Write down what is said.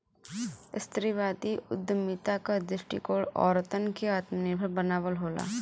स्त्रीवादी उद्यमिता क दृष्टिकोण औरतन के आत्मनिर्भर बनावल होला